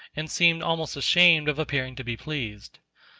and seem almost ashamed of appearing to be pleased.